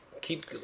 keep